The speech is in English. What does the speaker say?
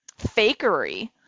fakery